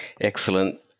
Excellent